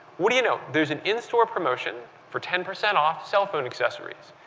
what do you know, there's an in-store promotion for ten percent off cell phone accessories.